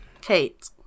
Kate